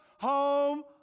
Home